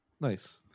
nice